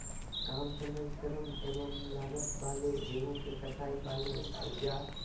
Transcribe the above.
काम समय श्रम एवं लागत वाले गेहूं के कटाई वाले औजार?